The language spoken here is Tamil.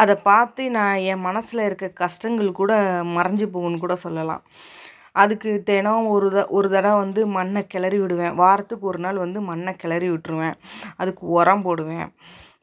அதை பார்த்து நான் என் மனசில் இருக்கற கஷ்டங்கள் கூட மறைஞ்சி போகுன்னு கூட சொல்லலாம் அதுக்கு தினம் ஒரு ஒரு தடவை வந்து மண்ணை கிளரி விடுவேன் வாரத்துக்கு ஒரு நாள் வந்து மண்ணை கிளரி விட்டிருவேன் அதுக்கு உரம் போடுவேன்